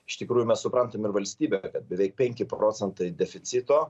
iš tikrųjų mes suprantam ir valstybę kad ten beveik penki procentai deficito